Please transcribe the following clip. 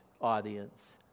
audience